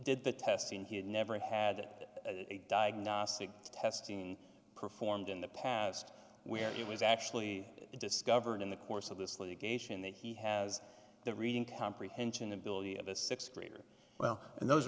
did the testing he had never had a diagnostic testing performed in the past where it was actually discovered in the course of this litigation that he has the reading comprehension ability of a th grader well and those